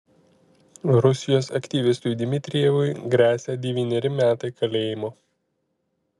rusijos aktyvistui dmitrijevui gresia devyneri metai kalėjimo